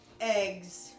eggs